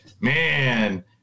man